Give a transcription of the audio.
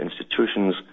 institutions